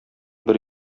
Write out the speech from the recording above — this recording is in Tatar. бер